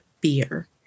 beer